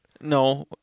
no